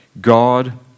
God